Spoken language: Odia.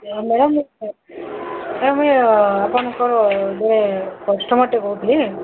ମ୍ୟାଡମ୍ ଆପଣଙ୍କର ଯେ କଷ୍ଟମରଟେ କହୁଥିଲି